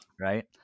Right